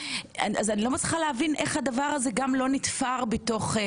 אני לא מצליחה להבין איך הדבר הזה לא נתפר בתוך זה.